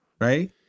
right